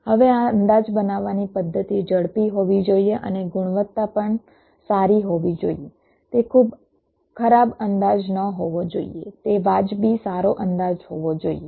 હવે આ અંદાજ બનાવવાની પદ્ધતિ ઝડપી હોવી જોઈએ અને ગુણવત્તા પણ સારી હોવી જોઈએ તે ખૂબ ખરાબ અંદાજ ન હોવો જોઈએ તે વાજબી સારો અંદાજ હોવો જોઈએ